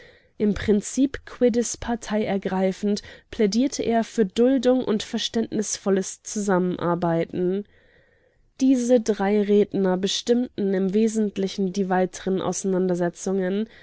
im prinzip quiddes partei ergreifend plädierte er für duldung und verständnisvolles zusammenarbeiten diese drei redner bestimmten im wesentlichen die weiteren auseinandersetzungen